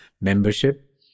membership